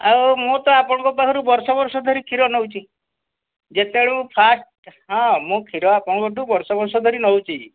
ଆଉ ମୁଁ ତ ଆପଣଙ୍କ ପାଖରୁ ବର୍ଷ ବର୍ଷ ଧରି କ୍ଷୀର ନେଉଛି ଯେତେବେଳୁ ଫାଷ୍ଟ୍ ହଁ ମୁଁ କ୍ଷୀର ଆପଣଙ୍କଠୁ ବର୍ଷ ବର୍ଷ ଧରି ନେଉଛି